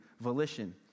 volition